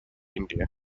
india